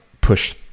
push